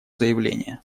заявление